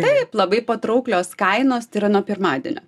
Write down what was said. taip labai patrauklios kainos tai yra nuo pirmadienio